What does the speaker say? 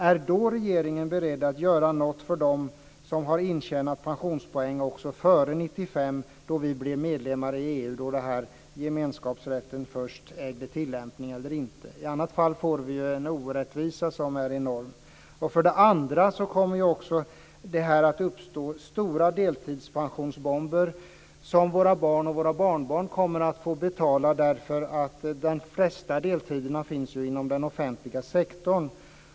Är regeringen beredd att göra något för dem som har intjänat pensionspoäng också före 1995 - då vi blev medlemmar i EU och gemenskapsrätten först ägde tillämpning - eller inte? I annat fall blir det en enorm orättvisa. För det andra kommer det också att uppstå stora deltidspensionsbomber som våra barn och barnbarn kommer att få betala, därför att de flesta deltider finns ju inom den offentliga sektorn.